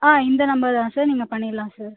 ஆ இந்த நம்பர் தான் சார் நீங்கள் பண்ணிடலாம் சார்